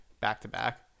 back-to-back